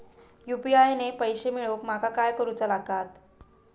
UPI ने पैशे मिळवूक माका काय करूचा लागात?